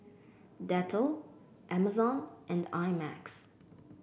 Dettol Amazon and I Max